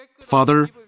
Father